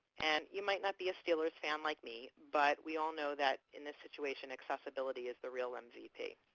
and you might not be a steelers fan like me but we all know that in this situation, accessibility is the real mvp.